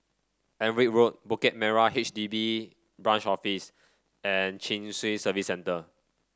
Alnwick Road Bukit Merah H D B Branch Office and Chin Swee Service Centre